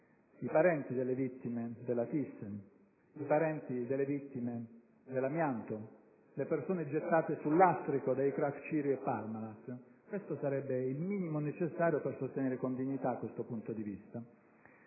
i parenti delle vittime della ThyssenKrupp, i parenti delle vittime dell'amianto, le persone gettate sul lastrico dai *crac* Cirio e Parmalat. Questo sarebbe il minimo necessario per sostenere con dignità questo punto di vista.